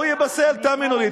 הוא ייפסל, תאמינו לי.